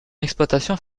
l’exploitation